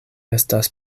estas